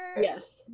Yes